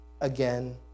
again